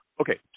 okay